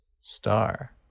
star